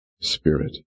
spirit